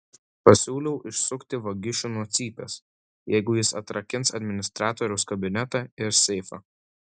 pasiūliau išsukti vagišių nuo cypės jeigu jis atrakins administratoriaus kabinetą ir seifą